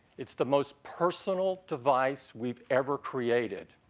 it's the most personal device we've ever created.